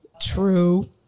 True